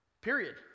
Period